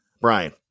Brian